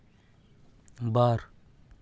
ᱵᱟᱨ